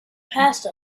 passed